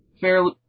fairly